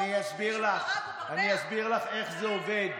אני אסביר לך איך זה עובד.